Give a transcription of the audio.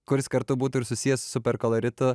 kuris kartu būtų ir susijęs super koloritu